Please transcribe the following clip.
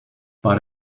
but